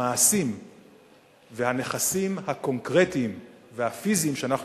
המעשים והנכסים הקונקרטיים והפיזיים שאנחנו